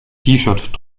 shirt